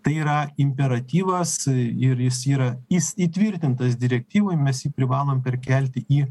tai yra imperatyvas ir jis yra jis įtvirtintas direktyvoj mes privalom perkelti į